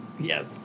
yes